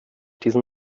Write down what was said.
diesen